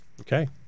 Okay